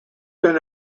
been